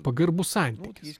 pagarbus santykis